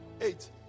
Eight